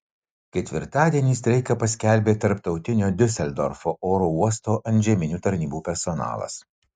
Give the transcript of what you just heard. ketvirtadienį streiką paskelbė tarptautinio diuseldorfo oro uosto antžeminių tarnybų personalas